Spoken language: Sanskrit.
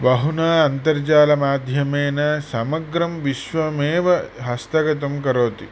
बहुना अन्तर्जालमाध्यमेन समग्रं विश्वमेव हस्तगतं करोति